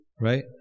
right